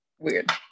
weird